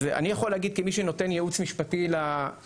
אני יכול להגיד כמי שנותן ייעוץ משפטי למשרדים